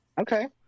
okay